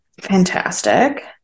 Fantastic